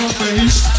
face